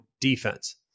defense